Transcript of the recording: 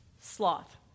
Sloth